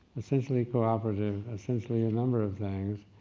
essentially cooperative, essentially a number of things,